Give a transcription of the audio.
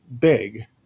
big